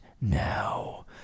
now